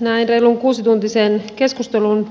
näin reilun kuusituntisen keskustelun